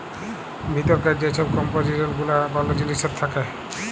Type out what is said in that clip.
ভিতরকার যে ছব কম্পজিসল গুলা কল জিলিসের থ্যাকে